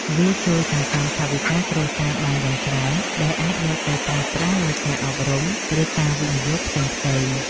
វាជួយសន្សំថវិកាគ្រួសារបានយ៉ាងច្រើន ដែលអាចយកទៅប្រើប្រាស់លើការអប់រំ ឬការវិនិយោគផ្សេងៗ។